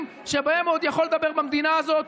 שבהם הוא עוד יכול לדבר במדינה הזאת.